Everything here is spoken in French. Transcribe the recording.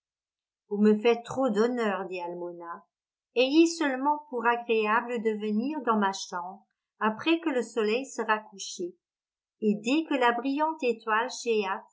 vous me faites trop d'honneur dit almona ayez seulement pour agréable de venir dans ma chambre après que le soleil sera couché et dès que la brillante étoile